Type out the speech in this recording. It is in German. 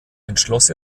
entschloss